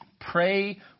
Pray